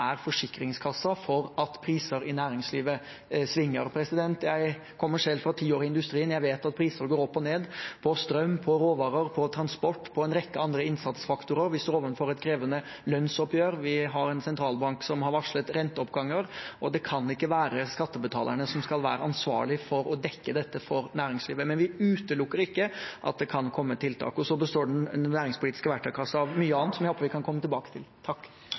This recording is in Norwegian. er forsikringskassen for svingende priser i næringslivet. Jeg kommer selv fra ti år i industrien, og jeg vet at prisene går opp og ned – på strøm, råvarer, transport og en rekke andre innsatsfaktorer. Vi står overfor et krevende lønnsoppgjør, vi har en sentralbank som har varslet renteoppganger, og det kan ikke være skattebetalerne som skal være ansvarlig for å dekke dette for næringslivet. Men vi utelukker ikke at det kan komme tiltak. Og den næringspolitiske verktøykassen består av mye annet, som jeg håper vi kan komme tilbake til.